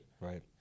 Right